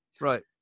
Right